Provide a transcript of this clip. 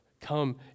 Come